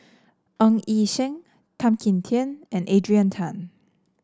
Ng Yi Sheng Tan Kim Tian and Adrian Tan